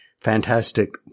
Fantastic